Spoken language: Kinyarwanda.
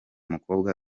mukobwa